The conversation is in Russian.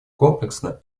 комплексно